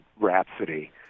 Rhapsody